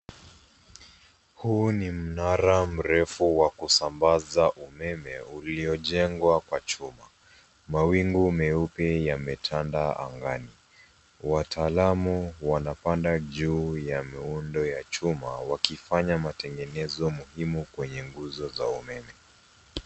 Huu ni mnara mrefu wa kusambaza umeme uliojengwa kwa chuma. Mawingu meupe yametanda angani. Wataalamu wanapanda juu ya miundo ya chuma wakifanya matengenezo muhimu kwenye nguzo za umeme.